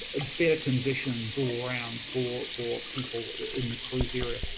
ah better conditions all around for for people in the cruise area.